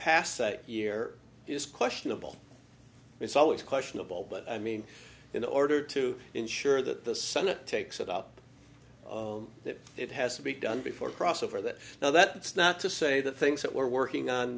pass a year is questionable it's always questionable but i mean in order to ensure that the senate takes it up that it has to be done before cross over that now that's not to say the things that we're working on